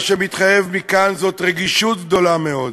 מה שמתחייב מכאן זו רגישות גדולה מאוד.